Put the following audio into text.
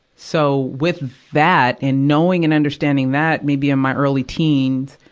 so, with that, and knowing and understanding that, maybe in my early teens,